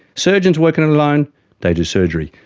surgeons working alone, they do surgery,